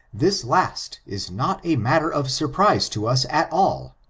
this last is not a matter of surprise to us at all,